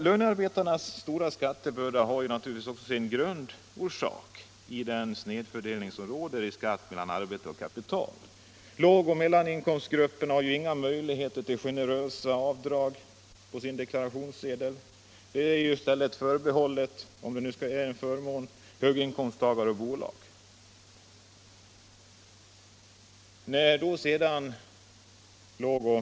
Lönearbetarnas stora skattebörda har naturligtvis också sin orsak i den snedfördelning som råder i skattehänseende mellan arbete och kapital. Lågoch mellaninkomstgrupperna har ju inga möjligheter till generösa avdrag i sin deklaration. Sådana avdrag är i stället förbehållna —- om de nu skall anses som en förmån — höginkomsttagare och bolag.